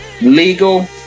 legal